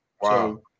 Wow